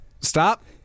Stop